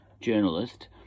journalist